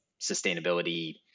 sustainability